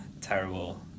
terrible